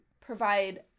provide